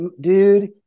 dude